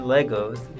Legos